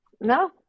No